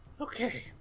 Okay